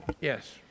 Yes